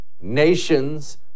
nations